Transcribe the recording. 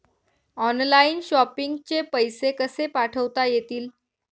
Online shopping चे पैसे कसे पाठवता येतील?